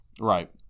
Right